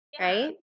right